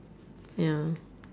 ya